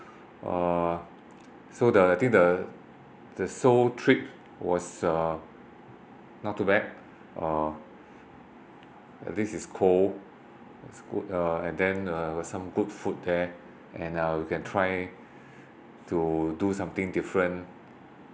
err so the I think the the seoul trip was uh not too bad uh at least it's cold it's good uh and then uh some good food there and uh you can try to do something different